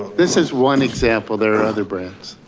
this is one example, there are other brands.